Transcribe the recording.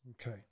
Okay